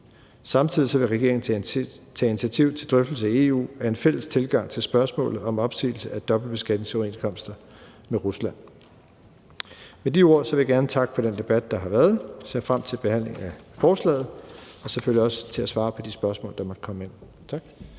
Samtidig vil regeringen tage initiativ til en drøftelse i EU af en fælles tilgang til spørgsmålet om opsigelse af dobbeltbeskatningsoverenskomster med Rusland. Med de ord vil jeg gerne takke for den debat, der har været. Jeg ser frem til behandlingen af forslaget og selvfølgelig også til at svare på de spørgsmål, der måtte komme ind. Tak.